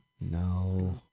No